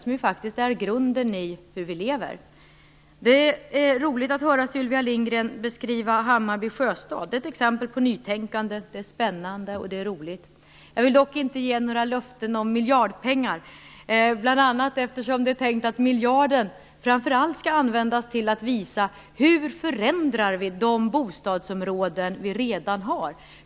De är faktiskt grunden för hur vi lever. Det är roligt att höra Sylvia Lindgren beskriva Hammarby sjöstad. Det är ett exempel på nytänkande. Det är spännande och roligt. Jag vill dock inte ge några löften om "miljardpengar", bl.a. eftersom det är tänkt att "miljarden" framför allt skall användas till att visa hur vi förändrar de bostadsområden som redan finns.